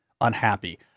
unhappy